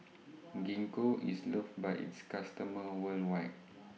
Gingko IS loved By its customers worldwide